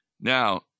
Now